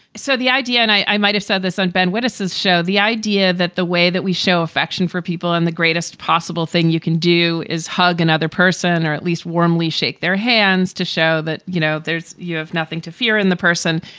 so the idea and i might have said this unbend witnesses show the idea that the way that we show affection for people in the greatest possible thing you can do is hug another person or at least warmly shake their hands to show that, you know, there's you have nothing to fear in the person.